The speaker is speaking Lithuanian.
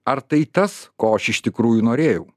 ar tai tas ko aš iš tikrųjų norėjau